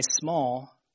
small